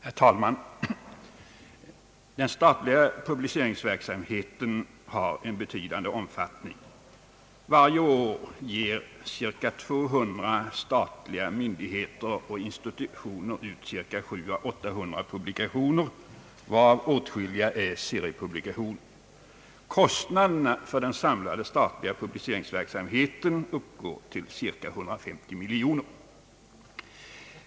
Herr talman! Den statliga publiceringsverksamheten har en betydande omfattning. Varje år ger cirka 200 statliga myndigheter och institutioner ut 700 å 800 publikationer varav åtskilliga är seriepublikationer. Kostnaderna för den samlade statliga publiceringsverksamheten uppgår till cirka 150 miljoner kronor.